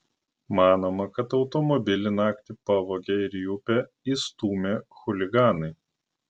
manoma kad automobilį naktį pavogė ir į upę įstūmė chuliganai